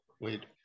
Wait